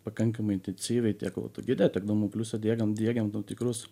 pakankamai intensyviai tiek autogide tiek domo pliuse diegiam diegiam tam tikrus